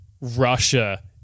Russia